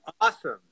awesome